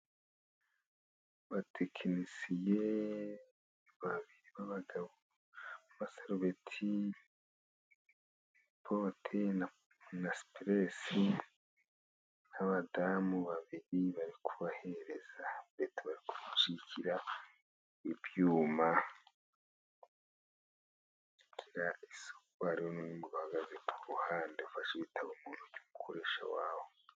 Abatekinisiye babiri b'abagabo bambaye abaserubeti bote na supuresi n'abadamu babiri bari kuhereza, beta gusunikira ibyuma hari nundi bahagaze ku ruhande afashe ibitabo uwo muntu n'umukoresha wabo.